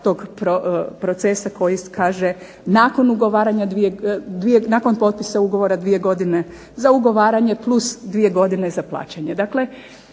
ugovaranja, nakon potpisa ugovora dvije godine za ugovaranje plus dvije godine za plaćanje.